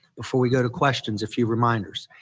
before we go to questions a few reminders.